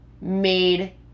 made